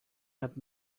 had